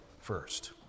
first